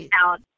out